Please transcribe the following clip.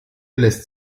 lässt